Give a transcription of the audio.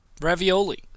Ravioli